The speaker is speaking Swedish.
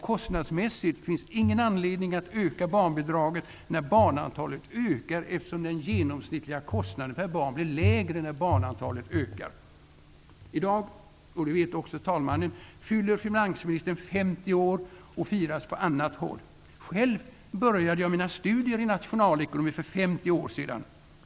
Kostnadsmässigt finns ingen anledning att öka barnbidraget när barnantalet ökar, eftersom den genomsnittliga kostnaden per barn blir lägre när barnantalet ökar. I dag -- det vet också herr talmannen -- fyller finansministern 50 år och firas på annat håll. Själv började jag mina studier i nationalekonomi för 50 år sedan.